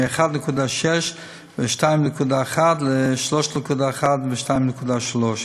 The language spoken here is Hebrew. מ-1.6 ו-2.1 ל-2.3 ו-3.1,